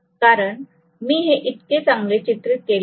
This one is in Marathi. कारण मी हे इतके चांगले चित्रीत केले नाही